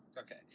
Okay